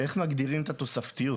איך מגדירים את התוספתיות?